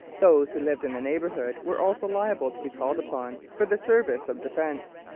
those who lived in the neighbourhood were also liable to be called upon for the service of defence.